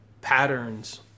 patterns